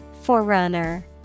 Forerunner